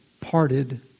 parted